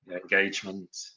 engagement